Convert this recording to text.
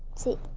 si